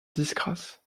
disgrâce